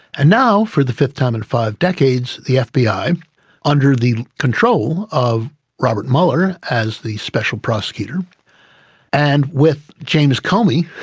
and now, for the fifth time in five decades the fbi, under the control of robert mueller as the special prosecutor and with james comey